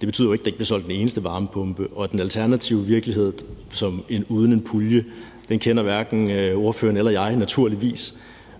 Det betyder jo ikke, at der ikke bliver solgt en eneste varmepumpe, og den alternative virkelighed uden en pulje kender hverken ordføreren eller jeg naturligvis.